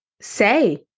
say